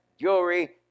jewelry